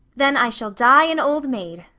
then i shall die an old maid,